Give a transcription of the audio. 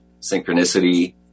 synchronicity